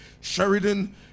Sheridan